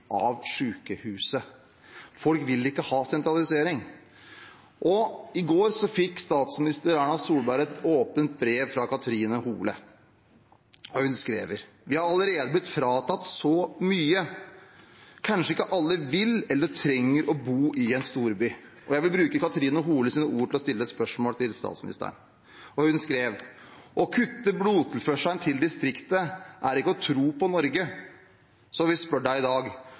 I går fikk statsminister Erna Solberg et åpent brev fra Catrine Hole. Hun skrev: «Vi har allerede blitt fratatt så mye.» Og videre: «Kanskje ikke alle vil, eller trenger, å bo i en storby?» Jeg vil bruke Catrine Holes ord til å stille spørsmål til statsministeren. Hun skrev: «Å kutte blodtilførselen til distriktet er ikke å tro på Norge. Så vi spør deg i dag: